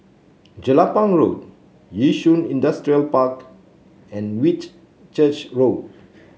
Jelapang Road Yishun Industrial Park and Whitchurch Road